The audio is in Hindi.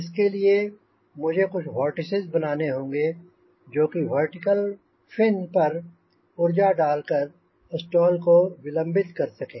इसके लिए मुझे कुछ वोर्टिसेज बनाने होंगे जो वर्टिकल फिन पर ऊर्जा डालकर स्टॉल को विलंबित कर सकें